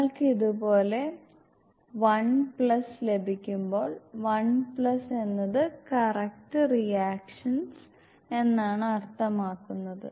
നിങ്ങൾക്ക് ഇതുപോലെ 1 ലഭിക്കുമ്പോൾ 1 എന്നത് കറക്റ്റ് റിയാക്ഷൻസ് എന്നാണ് അർത്ഥമാക്കുന്നത്